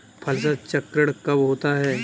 फसल चक्रण कब होता है?